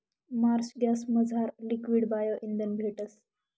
Marsh गॅसमझार liquid bio इंधन भेटस